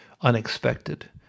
Unexpected